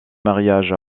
mariage